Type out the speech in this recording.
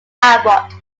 abbott